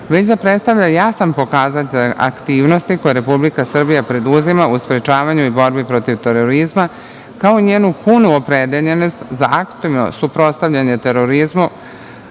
već da predstavlja jasan pokazatelj aktivnosti koje Republika Srbija preduzima u sprečavanju i borbi protiv terorizma, kao i njenu punu opredeljenost za aktivno suprotstavljanje terorizmu